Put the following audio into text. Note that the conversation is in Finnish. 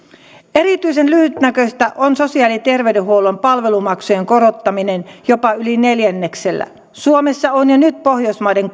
erityisen lyhytnäköistä on sosiaali ja terveydenhuollon palvelumaksujen korottaminen jopa yli neljänneksellä suomessa on jo nyt pohjoismaiden